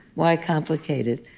why complicate it?